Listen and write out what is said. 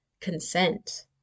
consent